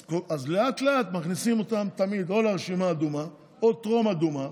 אז לאט-לאט מכניסים אותן תמיד או לרשימה אדומה או לטרום-אדומה,